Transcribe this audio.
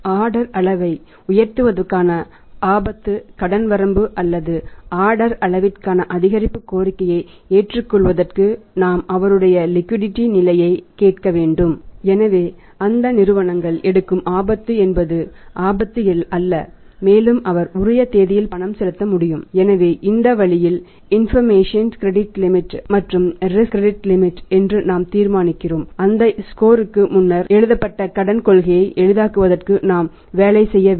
order அளவை உயர்த்துவதற்கான ஆபத்து கடன் வரம்பு அல்லது ஆர்டர் அளவிற்கான அதிகரிப்பு கோரிக்கையை ஏற்றுக்கொள்வதற்கு நாம் அவருடைய லிக்விடிடி என்று நாம் தீர்மானிக்கிறோம் அந்த ஸ்கோர்க்கு முன்னர் எழுதப்பட்ட கடன் கொள்கையை எளிதாக்குவதற்கு நாம் வேலை செய்ய வேண்டும்